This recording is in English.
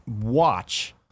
watch